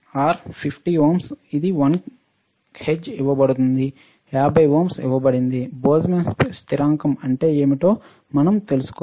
ఇది 1 హెర్ట్జ్ ఇవ్వబడింది 50 ఓం ఇవ్వబడింది బోల్ట్జ్మాన్ స్థిరాంకం అంటే ఏమిటో మనం తెలుసుకోవాలి